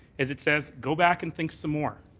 is it says go back and think some more.